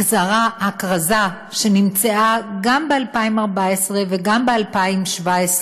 הכרזה שנמצאה גם ב-2014 וגם ב-2017,